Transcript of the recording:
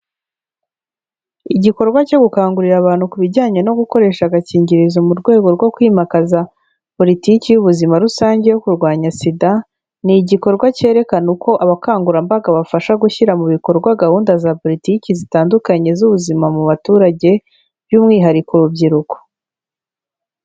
Igikorwa cyo gukangurira abantu ku bijyanye no gukoresha agakingirizo mu rwego rwo kwimakaza politiki y'ubuzima rusange yo kurwanya SIDA, ni igikorwa cyerekana uko abakangurambaga bafasha gushyira mu bikorwa gahunda za politiki zitandukanye z'ubuzima mu baturage by'umwihariko urubyiruko.